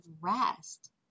rest